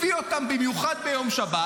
הביא אותם במיוחד ביום שבת,